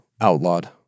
outlawed